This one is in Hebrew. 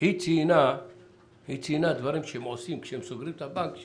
היא ציינה דברים שהם עושים כשהם סוגרים את הבנק,